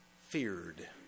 feared